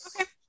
Okay